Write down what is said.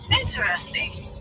interesting